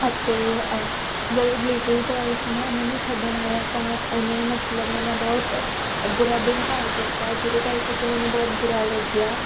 ਅਤੇ ਜਦੋਂ delivery boy ਹੈਨਾ ਇਨ੍ਹਾਂ ਨੂੰ ਛੱਡਣ ਆਇਆ ਤਾਂ ਉਹਨੇ ਮਤਲਬ ਮੇਰੇ ਨਾਲ ਬਹੁਤ ਬੁਰਾ ਵਿਵਹਾਰ ਕੀਤਾ ਜਿਹਦੇ ਕਰਕੇ ਕਿ ਮੈਨੂੰ ਬਹੁਤ ਬੁਰਾ ਲੱਗਿਆ